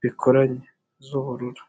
bikoranye z'ubururu.